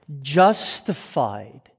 justified